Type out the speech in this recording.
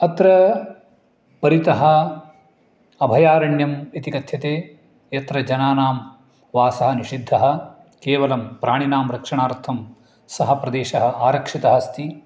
अत्र परितः अभयारण्यम् इति कथ्यते यत्र जनानां वासः निषिद्धः केवलं प्राणिनां रक्षणार्थं सः प्रदेशः आरक्षितः अस्ति